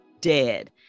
dead